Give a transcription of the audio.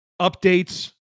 updates